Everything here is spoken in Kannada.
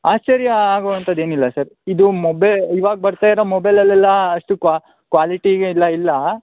ಆಶ್ಚರ್ಯ ಆಗುವಂಥದ್ ಏನಿಲ್ಲ ಸರ್ ಇದು ಮೊಬೈಲ್ ಇವಾಗ ಬರ್ತಾ ಇರೋ ಮೊಬೈಲಲ್ಲೆಲ್ಲಾ ಅಷ್ಟು ಕ್ವಾಲಿಟಿ ಎಲ್ಲ ಇಲ್ಲ